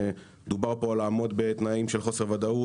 דובר פה על לעמוד בתנאים של חוסר ודאות,